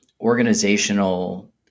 organizational